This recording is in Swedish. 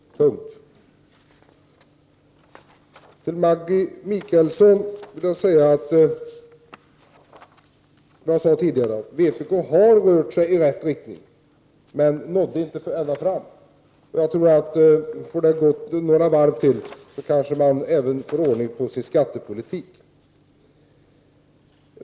Till Maggi Mikaelsson vill jag säga att vpk har rört sig i rätt riktning men inte nått ända fram. Om det får gå några varv till kanske man även får ordning på sin skattepolitik.